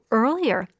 earlier